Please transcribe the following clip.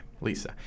Lisa